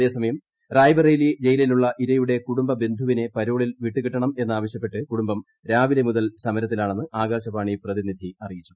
അതേസമയം റായ്ബെറേലി ജയിലിലുള്ള ഇരയുടെ കുടുംബ ബന്ധുവിനെ പരോളിൽ വിട്ടുകിട്ടണമെന്ന് ആവശ്യപ്പെട്ട് കുടുംബം രാവിലെ മുതൽ സമരത്തിലാണെന്ന് ആകാശവാണി പ്രതിനിധി അറിയിച്ചു